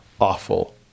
awful